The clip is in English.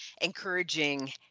encouraging